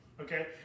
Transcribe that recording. Okay